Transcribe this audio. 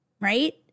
right